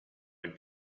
own